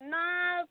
हाँ अब